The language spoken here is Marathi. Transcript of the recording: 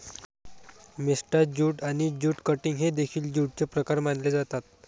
मेस्टा ज्यूट आणि ज्यूट कटिंग हे देखील ज्यूटचे प्रकार मानले जातात